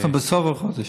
אנחנו בסוף החודש.